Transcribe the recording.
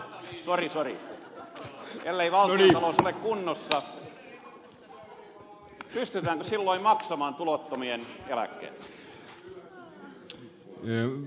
ilari saari kelle vaan ole kunnossa sori sori pystytäänkö silloin maksamaan tulottomien eläkkeitä